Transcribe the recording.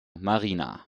marina